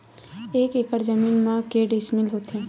एक एकड़ जमीन मा के डिसमिल होथे?